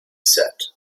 said